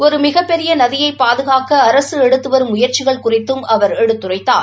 ஒரு மிகப்பெரிய நதியை பாதுகாக்க அரசு எடுத்து வரும் முயற்சிகள் குறித்தும் அவர் எடுத்துரைத்தார்